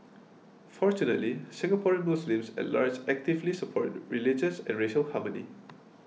fortunately Singaporean Muslims at large actively support re religious and racial harmony